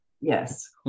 Yes